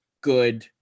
good